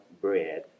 bread